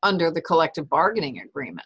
nder the collective bargaining agreement